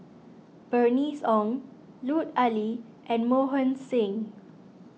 Bernice Ong Lut Ali and Mohan Singh